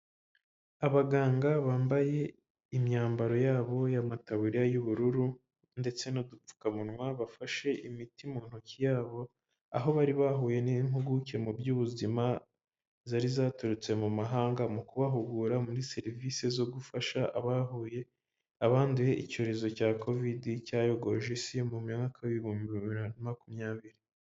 Abaganga bambaye imyambaro yabo y'amataburiya y'ubururu ndetse n'udupfukamunwa, bafashe imiti mu ntoki yabo aho bari bahuye n'impuguke mu by'ubuzima, zari zaturutse mu mahanga mu kubahugura muri serivise zo gufasha abahuye, abanduye icyorezo cya kovide cyayogoje isi mu mwaka w'ibihumbi bibiri na makumyabiri